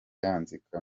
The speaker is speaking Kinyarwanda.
yanzika